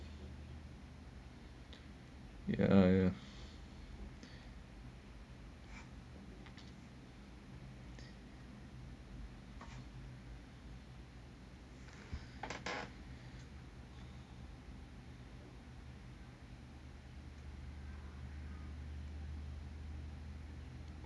ya ya